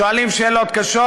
שואלים שאלות קשות,